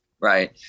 right